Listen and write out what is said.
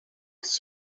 was